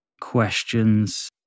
questions